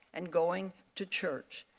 and going to church.